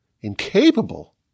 incapable